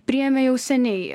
priėmė jau seniai